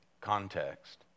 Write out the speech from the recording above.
context